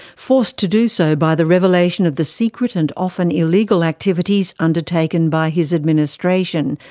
forced to do so by the revelation of the secret and often illegal activities undertaken by his administration,